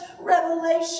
revelation